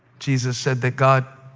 jesus said that god